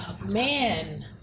Man